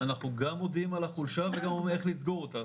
אנחנו גם מודיעים על החולשה וגם אומרים איך לסגור אותה,